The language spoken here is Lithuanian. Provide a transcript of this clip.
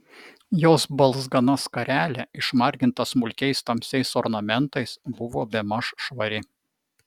jos balzgana skarelė išmarginta smulkiais tamsiais ornamentais buvo bemaž švari